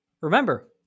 Remember